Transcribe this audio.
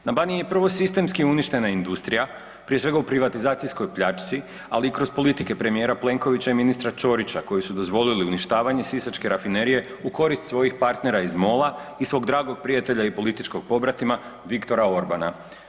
Na Baniji je prvo sistemski uništena industrija, prije svega u privatizacijskoj pljačci, ali i kroz politike premijera Plenkovića i ministra Čorića koji su dozvolili uništavanje Sisačke rafinerije u korist svojih partnera iz MOL-a i svog dragog prijatelja i političkog pobratima Viktora Orbana.